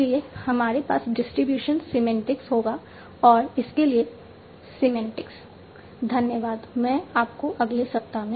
इसलिए हमारे पास डिस्ट्रीब्यूशन सीमेन्टिक्स होगा और इसके लिए सीमेन्टिक्स